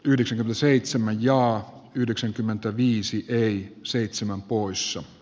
yhdeksän seitsemän ja yhdeksänkymmentäviisi ja seitsemän poissa j